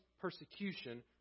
persecution